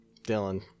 Dylan